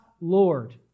Lord